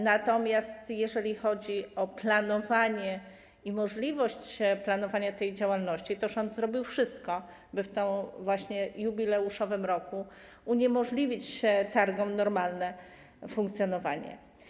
Natomiast jeżeli chodzi o planowanie i możliwość planowania tej działalności, to rząd zrobił wszystko, by w tym właśnie jubileuszowym roku uniemożliwić targom normalne funkcjonowanie.